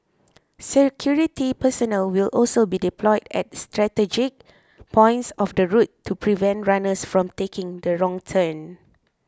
security personnel will also be deployed at strategic points of the route to prevent runners from taking the wrong turn